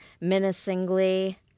menacingly